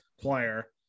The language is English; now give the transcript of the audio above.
player